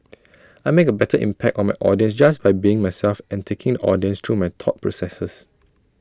I make A better impact on my audience just by being myself and taking audience through my thought processes